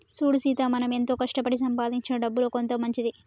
సూడు సీత మనం ఎంతో కష్టపడి సంపాదించిన డబ్బులో కొంత మంచిది